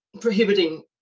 prohibiting